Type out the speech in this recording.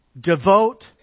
devote